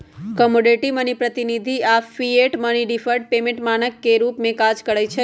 commodity money, प्रतिनिधि धन आऽ फिएट मनी डिफर्ड पेमेंट के मानक के रूप में काज करइ छै